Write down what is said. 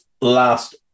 Last